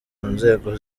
nzego